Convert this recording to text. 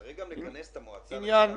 צריך גם לכנס את המועצה לגיל הרך.